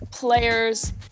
Players